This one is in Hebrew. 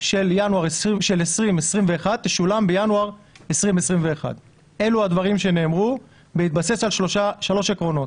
של 2021 תשולם בינואר 2021. אלו הדברים שנאמרו בהתבסס על שלושה עקרונות: